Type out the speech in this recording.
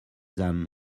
than